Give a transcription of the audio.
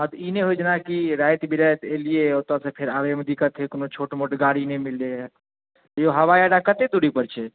हॅं तऽ ई नहि होए जेना कि राति बिराति ऐलियै ओतसँ फेर आबै मे दिक्कत होइ कोनो छोट मोट गाड़ी नहि मिललै यौ हवाइ अड्डा कतेक दूरी पर छै